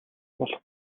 болох